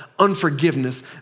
unforgiveness